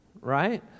Right